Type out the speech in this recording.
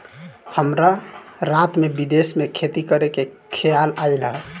हमरा रात में विदेश में खेती करे के खेआल आइल ह